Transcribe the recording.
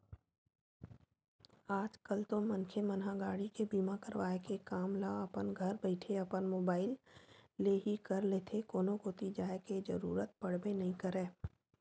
आज कल तो मनखे मन ह गाड़ी के बीमा करवाय के काम ल अपन घरे बइठे अपन मुबाइल ले ही कर लेथे कोनो कोती जाय के जरुरत पड़बे नइ करय